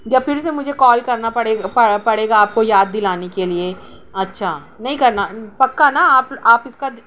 یا پھر سے مجھے کال کرنا پڑے پڑے گا آپ کو یاد دلانے کے لیے اچھا نہیں کرنا پکا نا آپ آپ اس کا